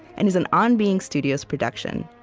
and is an on being studios production.